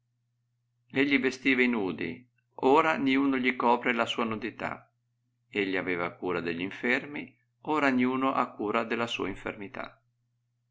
o da bere egli vestiva i nudi ora ninno gli copre la sua nudità egli aveva cura de gl'infermi ora ninno ha cura della sua infermità